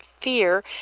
fear